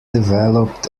developed